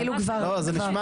זה נשמע